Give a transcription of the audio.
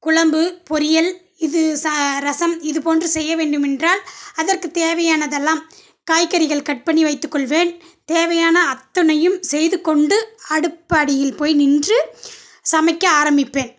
குழம்பு பொரியல் இது சா ரசம் இது போன்று செய்ய வேண்டுமென்றால் அதற்கு தேவையானதெல்லாம் காய்கறிகள் கட் பண்ணி வைத்துக்கொள்வேன் தேவையான அத்தனையும் செய்து கொண்டு அடுப்படியில் போய் நின்று சமைக்க ஆரம்மிப்பேன்